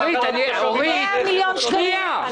100 מיליוני שקלים?